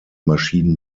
maschinen